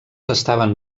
estaven